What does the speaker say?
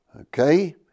okay